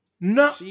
No